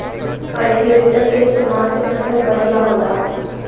cultivator के इस्तेमाल से फसल बढ़िया होला